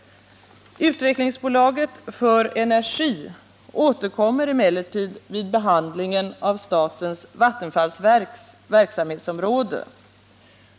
Utvecklingsbolaget för energi återkommer emellertid vid behandlingen av statens vattenfallsverks verksamhetsområde.